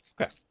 Okay